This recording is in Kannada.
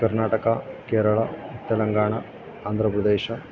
ಕರ್ನಾಟಕ ಕೇರಳ ತೆಲಂಗಾಣ ಆಂಧ್ರ ಪ್ರದೇಶ